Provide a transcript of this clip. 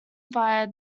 via